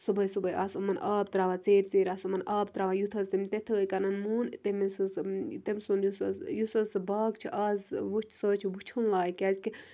صُبحٲے صُبحٲے آس یِمَن آب ترٛاوان ژیٖر ژیٖر آس یِمَن آب ترٛاوان یُتھ حظ تٔمۍ تِتھٕے کَنَن مون تٔمِس حظ تٔمۍ سُنٛد یُس حظ یُس حظ سُہ باغ چھِ آز وٕچھ سُہ حظ چھُ وٕچھُن لایق کیٛازِکہِ